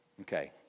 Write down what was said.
Okay